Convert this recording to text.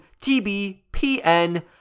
TBPN